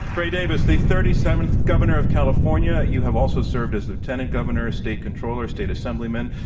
gray davis, the thirty seventh governor of california, you have also served as lieutenant governor, state controller, state assemblyman,